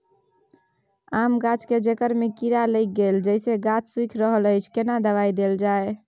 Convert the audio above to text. आम गाछ के जेकर में कीरा लाईग गेल जेसे गाछ सुइख रहल अएछ केना दवाई देल जाए?